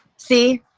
c?